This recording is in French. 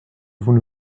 vous